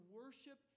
worship